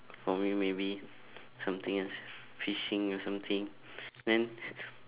for me maybe something else fishing or something then